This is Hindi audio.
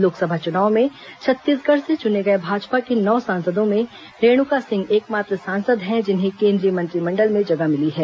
लोकसभा चुनाव में छत्तीसगढ़ से चुने गए भाजपा के नौ सांसदों में रेणुका सिंह एकमात्र सांसद है जिन्हें केंद्रीय मंत्रिमंडल में जगह मिली है